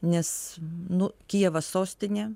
nes nu kijevas sostinė